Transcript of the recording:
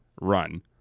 run